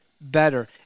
better